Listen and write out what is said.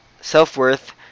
self-worth